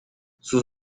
sus